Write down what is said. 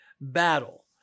battle